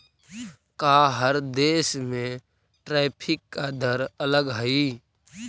का हर देश में टैरिफ का दर अलग हई